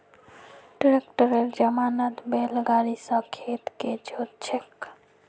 ट्रैक्टरेर जमानात बैल गाड़ी स खेत के जोत छेक